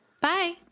Bye